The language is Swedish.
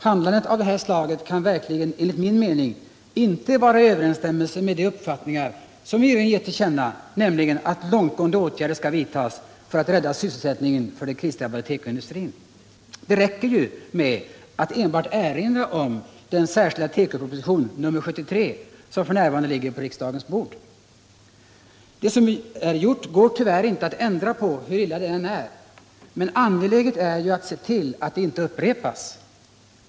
Handlande av det här slaget kan verkligen, enligt min mening, inte vara i överensstämmelse med de uppfattningar som regeringen gett till känna, nämligen att långtgående åtgärder skall vidtas för att rädda sysselsättningen för krisdrabbade tekoindustrier. Det räcker med att erinra om den särskilda tekopropositionen nr 73, som f.n. ligger på riksdagens bord. Det som är gjort går tyvärr inte att ändra på, hur illa det än är, men angeläget är att se till att det inte upprepas.